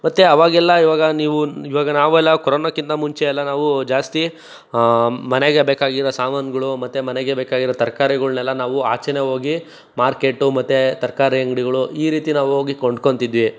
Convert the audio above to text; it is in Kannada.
ಮತ್ತೆ ಆವಾಗೆಲ್ಲ ಈವಾಗ ನೀವು ಈವಾಗ ನಾವೆಲ್ಲ ಕೊರೋನಾಕ್ಕಿಂತ ಮುಂಚೆಯೆಲ್ಲ ನಾವು ಜಾಸ್ತಿ ಮನೆಗೆ ಬೇಕಾಗಿರೋ ಸಾಮಾನುಗಳು ಮತ್ತೆ ಮನೆಗೆ ಬೇಕಾಗಿರೋ ತರ್ಕಾರಿಗಳ್ನೆಲ್ಲ ನಾವು ಆಚೆನೇ ಹೋಗಿ ಮಾರ್ಕೆಟು ಮತ್ತು ತರಕಾರಿ ಅಂಗ್ಡಿಗಳು ಈ ರೀತಿ ನಾವೋಗಿ ಕೊಂಡ್ಕೊತಿದ್ವಿ